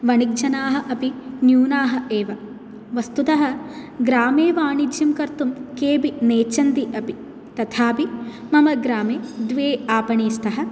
वणिक्जनाः अपि न्यूनाः एव वस्तुतः ग्रामे वाणिज्यं कर्तुं केऽपि नेच्छन्ति अपि तथापि मम ग्रामे द्वे आपणे स्तः